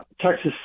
Texas